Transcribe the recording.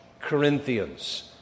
Corinthians